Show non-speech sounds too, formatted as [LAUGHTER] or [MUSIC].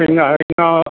പിന്നെ [UNINTELLIGIBLE]